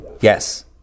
yes